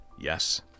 yes